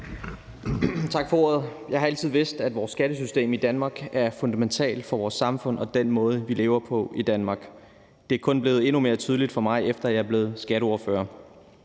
Tak for ordet. Jeg har altid vidst, at vores skattesystem i Danmark er fundamentalt for vores samfund og den måde, vi lever på i Danmark. Det er kun blevet endnu mere tydeligt for mig, efter at jeg er blevet skatteordfører.